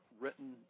written